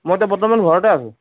মই এতিয়া বৰ্তমান ঘৰতে আছোঁ